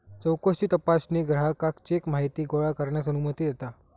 चौकशी तपासणी ग्राहकाक चेक माहिती गोळा करण्यास अनुमती देता